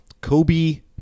Kobe